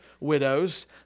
widows